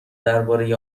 درباره